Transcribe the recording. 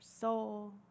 soul